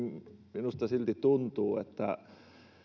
minusta silti tuntuu että